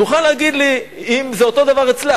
תוכל להגיד לי אם זה אותו דבר אצלה.